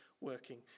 working